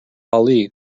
ali